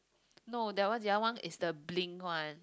no there was the other one is the Blink one